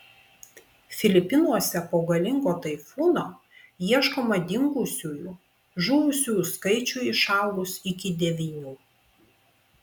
filipinuose po galingo taifūno ieškoma dingusiųjų žuvusiųjų skaičiui išaugus iki devynių